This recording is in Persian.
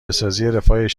اجتماعی